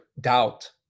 doubt